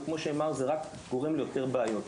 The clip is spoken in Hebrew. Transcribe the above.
וכמו שנאמר זה רק גורם ליותר בעיות.